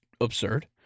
absurd